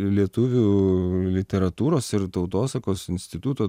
lietuvių literatūros ir tautosakos instituto